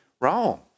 wrong